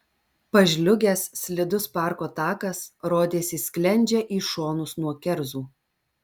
pažliugęs slidus parko takas rodėsi sklendžia į šonus nuo kerzų